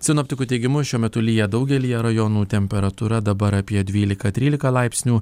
sinoptikų teigimu šiuo metu lyja daugelyje rajonų temperatūra dabar apie dvylika trylika laipsnių